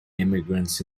immigrants